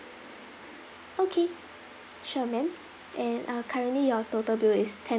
okay sure ma'am and uh currently your total bill is ten